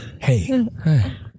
Hey